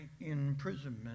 imprisonment